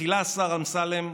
מחילה, השר אמסלם,